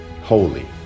holy